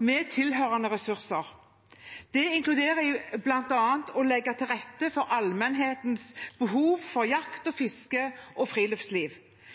med tilhørende ressurser. Det inkluderer bl.a. å legge til rette for allmennhetens behov for jakt, fiske og friluftsliv.